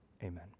Amen